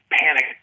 panic